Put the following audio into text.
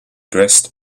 dressed